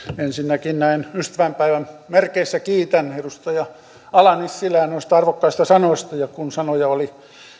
ensinnäkin näin ystävänpäivän merkeissä kiitän edustaja ala nissilää noista arvokkaista sanoista ja kun sanoja oli